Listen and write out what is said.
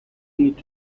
eat